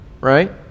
right